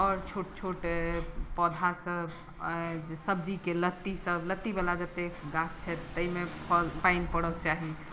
आओर छोट छोट पौधा सभ सब्जीके लत्ती सभ लत्ती वला जतैक गाछ ताहिमे फल पानि परऽके चाही